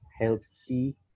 healthy